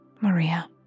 Maria